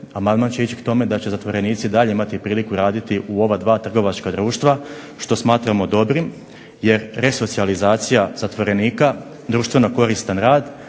amandman će ići k tome da će zatvorenici i dalje imati priliku raditi u ova dva trgovačka društva, što smatramo dobrim jer resocijalizacija zatvorenika, društveno koristan rad